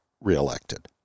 reelected